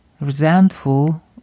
resentful